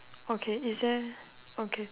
okay is there okay